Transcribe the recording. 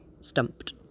stumped